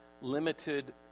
limited